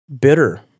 bitter